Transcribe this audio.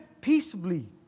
peaceably